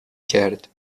کرد